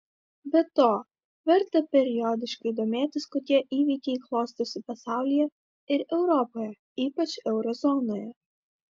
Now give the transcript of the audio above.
be to verta periodiškai domėtis kokie įvykiai klostosi pasaulyje ir europoje ypač euro zonoje